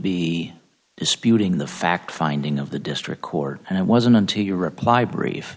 be disputing the fact finding of the district court and i wasn't until your reply brief